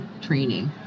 training